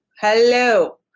Hello